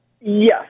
Yes